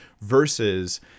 versus